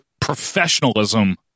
professionalism